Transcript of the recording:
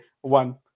one